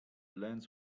lens